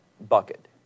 bucket